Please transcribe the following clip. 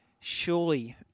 surely